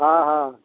हँ हँ